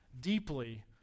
deeply